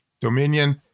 dominion